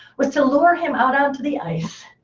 was to lure him out onto the ice,